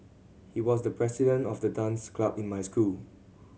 he was the president of the dance club in my school